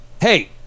hey